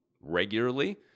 regularly